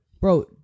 bro